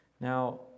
now